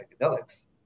psychedelics